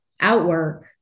outwork